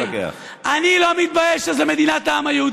כאילו אנחנו מקדמים רק את היהודים.